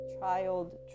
child